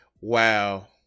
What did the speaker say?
wow